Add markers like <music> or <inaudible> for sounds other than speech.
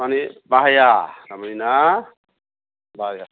मानि बाहाया <unintelligible> ना बाहाया